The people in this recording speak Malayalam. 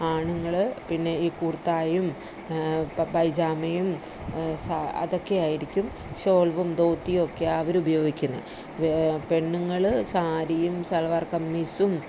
ആണുങ്ങൾ പിന്നെ ഈ കുർത്തായും പൈജാമയും സാ അതൊക്കെ ആയിരിക്കും ഷോൾവും ധോത്തിയൊക്കെ അവർ ഉപയോഗിക്കുന്നത് വേ പെണ്ണുങ്ങൾ സാരിയും സലവാർ കമ്മീസും